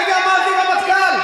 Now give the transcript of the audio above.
הרגע אמרת לי: הרמטכ"ל,